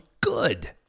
good